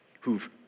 who've